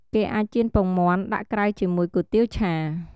គេអាចចៀនពងមាន់ ដាក់ក្រៅជាមួយគុយទាវឆា។